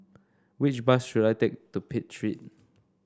which bus should I take to Pitt Street